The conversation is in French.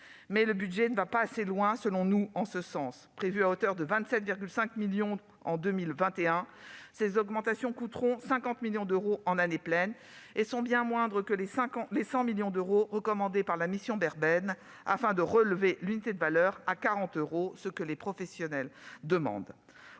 nous, le budget ne va pas assez loin dans cette direction. Prévues à hauteur de 27,5 millions d'euros en 2021, les augmentations coûteront 50 millions d'euros en année pleine, soit bien moins que les 100 millions d'euros recommandés par la mission Perben afin de relever l'unité de valeur à 40 euros, comme les professions le demandent.